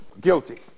guilty